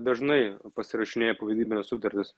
dažnai pasirašinėja povedybines sutartis